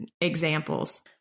examples